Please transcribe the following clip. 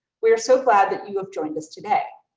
we are so glad that you have joined us today.